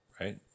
right